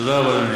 תודה רבה, אדוני.